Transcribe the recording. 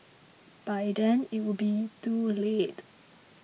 by then it would be too late